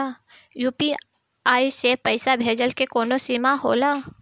UPI से पईसा भेजल के कौनो सीमा होला?